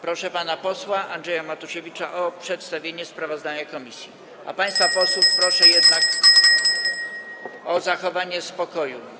Proszę pana posła Andrzeja Matusiewicza o przedstawienie sprawozdania komisji, a państwa posłów [[Gwar na sali, dzwonek]] proszę jednak o zachowanie spokoju.